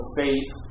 faith